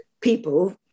people